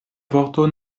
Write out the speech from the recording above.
vorto